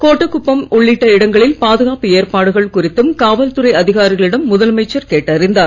கோட்டக் குப்பம் உள்ளிட்ட இடங்களில் பாதுகாப்பு ஏற்பாடுகள் குறித்தும் காவல்துறை அதிகாரிகளிடம் முதலமைச்சர் கேட்டறிந்தார்